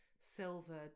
silver